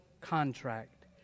contract